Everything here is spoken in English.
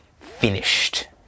finished